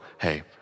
hey